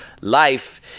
life